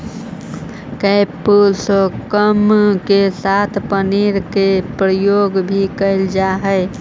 capsicum के साथ पनीर के प्रयोग भी कैल जा हइ